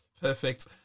Perfect